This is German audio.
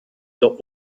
der